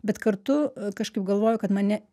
bet kartu kažkaip galvoju kad mane